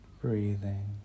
breathing